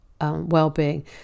Well-being